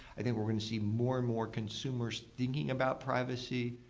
i think we're going to see more and more consumers thinking about privacy.